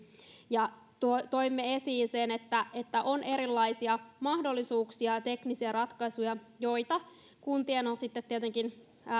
ja toimme esiin että että on erilaisia mahdollisuuksia ja teknisiä ratkaisuja joita kuntien on sitten tietenkin